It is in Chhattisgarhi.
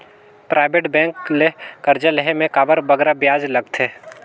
पराइबेट बेंक ले करजा लेहे में काबर बगरा बियाज लगथे